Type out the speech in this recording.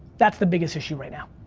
that's the biggest issue right now,